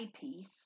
piece